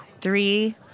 Three